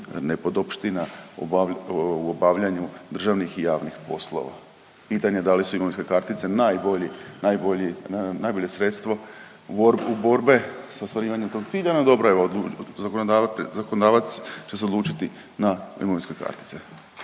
nepodopština u obavljanju državnih i javnih poslova. Pitanja da li su imovinske kartice najbolji, najbolje sredstvo borbe sa ostvarivanjem tog cilja, no dobro evo zakonodavac će se odlučiti na imovinske kartice.